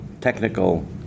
technical